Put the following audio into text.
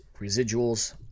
residuals